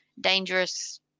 dangerous